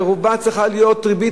ורובה צריכה להיות ריבית